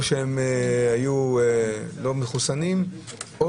או שהם לא היו מחוסנים או